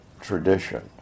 tradition